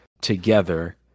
together